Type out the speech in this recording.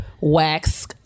wax